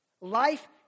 Life